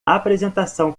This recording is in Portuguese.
apresentação